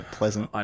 pleasant